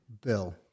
bill